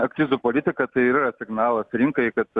akcizų politika tai yra signalas rinkai kad